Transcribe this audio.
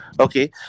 Okay